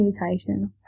Mutation